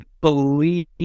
believe